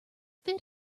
fit